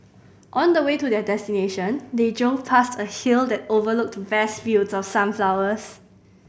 on the way to their destination they drove past a hill that overlooked vast fields of sunflowers